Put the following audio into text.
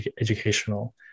educational